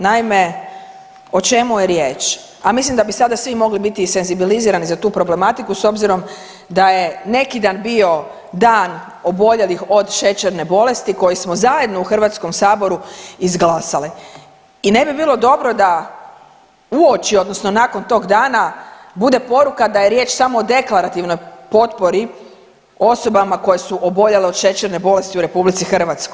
Naime, o čemu je riječ, a mislim da bi sada svi mogli biti senzibilizirani za tu problematiku s obzirom da je neki dan bio Dan oboljelih od šećerne bolesti koje smo zajedno u HS-u izglasali i ne bi bilo dobro da uoči odnosno nakon tog dana bude poruka da je riječ samo o deklarativnoj potpori osobama koje su oboljele od šećerne bolesti u RH.